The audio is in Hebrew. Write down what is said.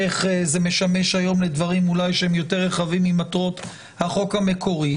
איך זה משמש היום לדברים שהם יותר רחבים ממטרות החוק המקורי